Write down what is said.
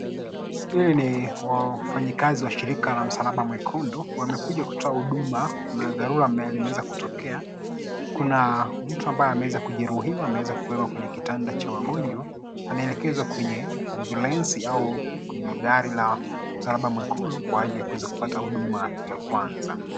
Hawa ni wafanyakazi wa shirika la msalaba mwekundu. Wamekuja kutoa huduma Kwa dharura ambayo imeweza kutokea. Kuna mtu ambaye ameweza kujeruhiwa, ameweza kubebwa katika kitanda cha wagonjwa. Anaelekezwa kwenye ambulensi au kwenye gari la msalaba mwekundu Kwa ajili ya kuweza kupata huduma ya Kwanza.